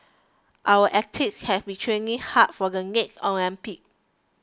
our athletes have been training hard for the next Olympics